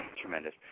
Tremendous